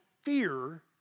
fear